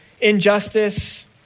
injustice